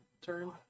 turn